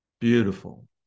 Beautiful